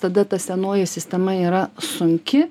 tada ta senoji sistema yra sunki